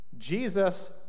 jesus